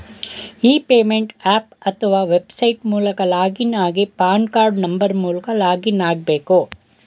E payment app ಅತ್ವ website ಮೂಲಕ login ಆಗಿ ಪಾನ್ ಕಾರ್ಡ್ ನಂಬರ್ ಮೂಲಕ ಲಾಗಿನ್ ಆಗ್ಬೇಕು